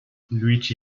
luigi